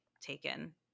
taken